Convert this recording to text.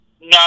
No